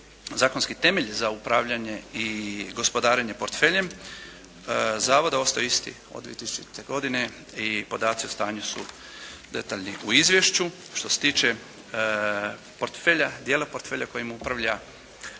zakonski temelj za upravljanje i gospodarenje portfeljem Zavoda ostaje isti od 2000. godine i podaci o stanju su detaljni u izvješću. Što se tiče portfelja, dijela portfelja kojim upravlja